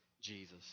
Jesus